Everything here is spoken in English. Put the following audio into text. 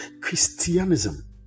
Christianism